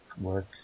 work